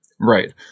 Right